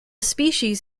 species